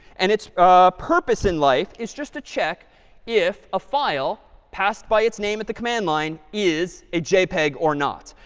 and its purpose in life is just to check if a file passed by its name at the command line is a jpeg or not.